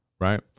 Right